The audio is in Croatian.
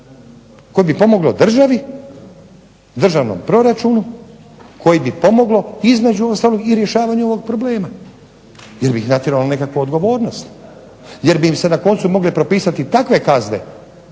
koje bi pomoglo državi, državnom proračunu, koje bi pomoglo između ostalog i rješavanju ovog problema jer bi ih natjeralo na nekakvu odgovornost, jer bi im se na koncu mogle propisati takve kazne